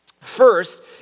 First